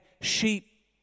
sheep